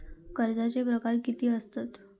कर्जाचे प्रकार कीती असतत?